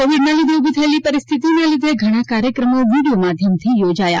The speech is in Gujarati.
કોવિડનાં લીધે ઉભી થયેલી પરિસ્થિતીનાં લીધે ઘણા કાર્યક્રમો વિડિયો માધ્યમથી યોજા યા